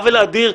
עוול אדיר,